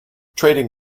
trading